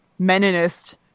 meninist